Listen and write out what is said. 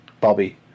Bobby